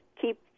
keep